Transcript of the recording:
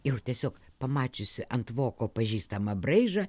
ir tiesiog pamačiusi ant voko pažįstamą braižą